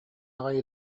аҕай